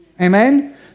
Amen